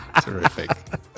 Terrific